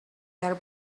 their